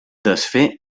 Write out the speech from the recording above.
desfer